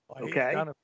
okay